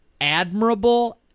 admirable